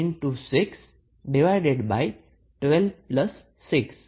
તો I 4